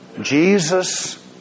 Jesus